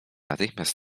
natychmiast